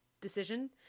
decision